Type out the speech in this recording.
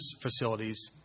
facilities